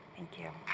into